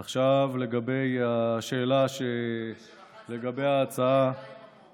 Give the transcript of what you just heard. עכשיו לגבי השאלה --- נקווה שרחצת טוב-טוב את הידיים בבוקר.